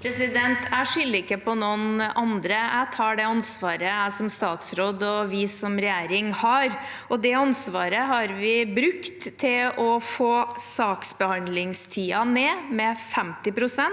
Jeg skylder ikke på noen andre. Jeg tar det ansvaret jeg som statsråd og vi som regjering har. Det ansvaret har vi brukt til å få saksbehandlingstiden ned med 50 pst.